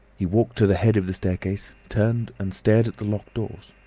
he walked to the head of the staircase, turned, and stared at the locked doors.